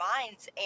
minds